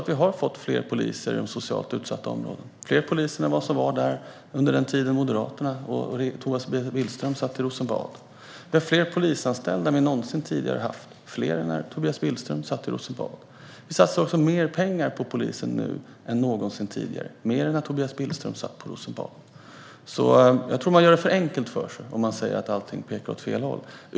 Vi har fått fler poliser i de utsatta områdena - fler poliser än vad som fanns där under den tid som Moderaterna och Tobias Billström satt i Rosenbad. Vi har fler polisanställda än vi någonsin tidigare haft - fler än när Tobias Billström satt i Rosenbad. Vi satsar också mer pengar på polisen nu än någonsin tidigare - mer än när Tobias Billström satt i Rosenbad. Jag tror att man gör det för enkelt för sig om man säger att allting pekar åt fel håll.